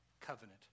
covenant